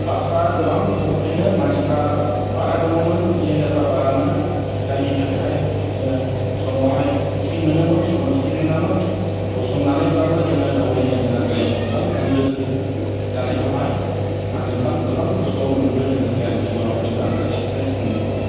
बासफ्रा गोबां खमखायनो मानसिफ्रा बारा दङमोन पेसेनजारफ्रा बारामोन जायनि थाखायहाय जोङो समावहाय टिकेट मोनामोन समाव टिकेट मोनामोन गसंनानैब्लाबो जोङो दावबायनो गोनां जायो गोबां होंगो दोंगो जानायखौहाय आं गोबां खस्थ' मोनबोदों आं जिब'नाव बेखौ एक्सपेरियेन्स दङ